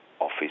office